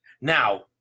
Now